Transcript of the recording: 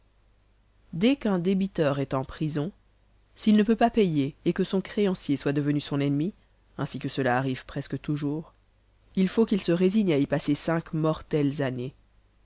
dès qu'un débiteur est en prison s'il ne peut pas payer et que son créancier soit devenu son ennemi ainsi que cela arrive presque toujours il faut qu'il se résigne à y passer cinq mortelles années